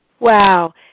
Wow